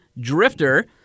drifter